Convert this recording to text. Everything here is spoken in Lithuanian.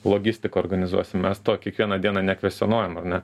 logistiką organizuosim mes to kiekvieną dieną nekvestionuojam ar ne